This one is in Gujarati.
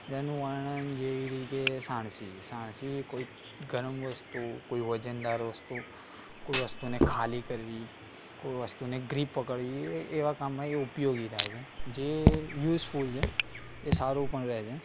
એનું વર્ણન જેવી રીતે સાણસી સાણસી ગરમ વસ્તુ કોઇ વજનદાર વસ્તુ કોઇ વસ્તુને ખાલી કરવી કોઇ વસ્તુની ગ્રીપ પકડવી એ એવાં કામમાં એ ઉપયોગી થાય છે જે યુઝફુલ છે એ સારું પણ રહે છે